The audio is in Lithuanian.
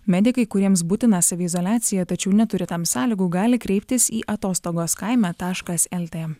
medikai kuriems būtina saviizoliacija tačiau neturi tam sąlygų gali kreiptis į atostogos kaime taškas lt